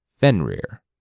Fenrir